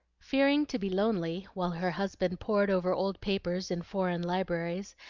fearing to be lonely while her husband pored over old papers in foreign libraries,